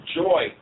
joy